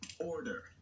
order